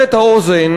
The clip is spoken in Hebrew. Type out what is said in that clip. ליפמן.